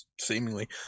seemingly